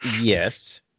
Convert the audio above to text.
Yes